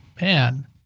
Man